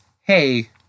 hey